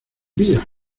vía